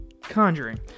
Conjuring